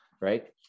right